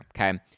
okay